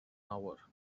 hour